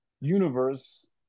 universe